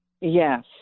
Yes